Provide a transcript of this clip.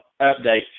update